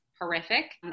horrific